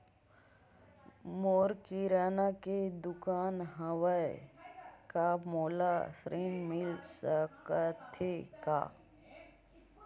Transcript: मोर किराना के दुकान हवय का मोला ऋण मिल सकथे का?